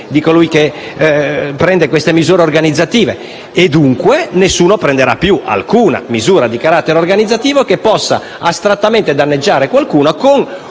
di colui che adotta queste misure organizzative. Dunque, nessuno prenderà più alcuna misura di carattere organizzativo che possa astrattamente danneggiare qualcuno, con